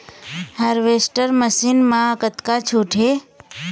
Harvester machine मा कतका छूट हे?